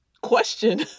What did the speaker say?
question